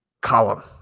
column